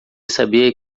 sabia